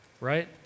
right